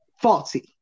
faulty